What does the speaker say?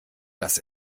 das